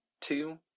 two